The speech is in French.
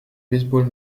baseball